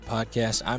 Podcast